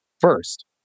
first